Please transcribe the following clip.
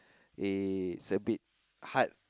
it's a bit hard